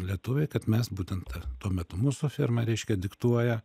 lietuviai kad mes būtent ta tuo metu mūsų firma reiškia diktuoja